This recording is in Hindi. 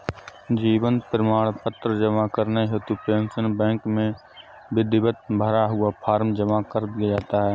जीवन प्रमाण पत्र जमा करने हेतु पेंशन बैंक में विधिवत भरा हुआ फॉर्म जमा कर दिया जाता है